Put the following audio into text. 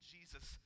Jesus